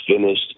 finished